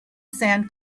san